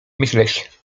myśleć